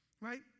right